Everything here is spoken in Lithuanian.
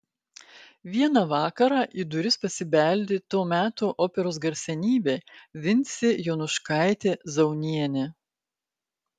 vieną vakarą į duris pasibeldė to meto operos garsenybė vincė jonuškaitė zaunienė